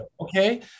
okay